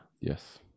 Yes